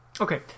okay